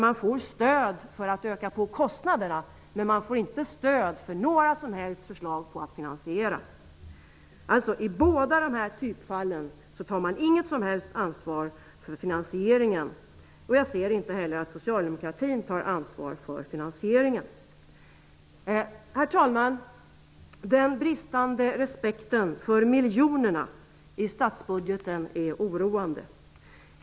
Man får stöd för att öka på kostnaderna men inte för några som helst förslag till finansiering. Inte i något av dessa två typfall tar man alltså något som helst ansvar för finansieringen. Jag ser inte heller att socialdemokraterna gör det. Herr talman! Den bristande respekten för miljonerna i statsbudgeten är oroande.